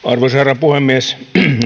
arvoisa herra puhemies